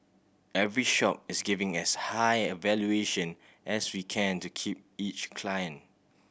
every shop is giving as high a valuation as we can to keep each client